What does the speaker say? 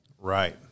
Right